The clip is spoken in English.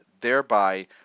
thereby